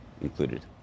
included